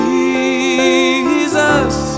Jesus